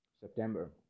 September